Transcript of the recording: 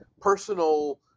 personal